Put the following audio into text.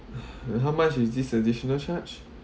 how much is this additional charge